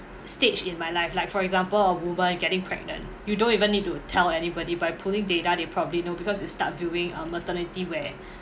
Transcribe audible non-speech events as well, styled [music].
stage in my life like for example a woman getting pregnant you don't even need to tell anybody by pulling data they probably know because you start viewing of maternity wear [breath]